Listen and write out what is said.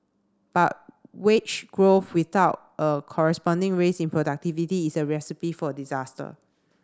but wage growth without a corresponding raise in productivity is a recipe for disaster